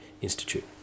institute